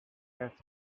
has